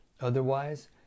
otherwise